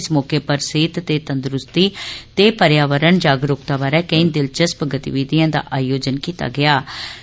इस मौके पर सेहत ते तंदरूस्ती ते पर्यावरण जागरूकता बारै केंई दिलचस्प गतिविधिएं दा आयोजन कीता गेदा हा